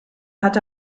hat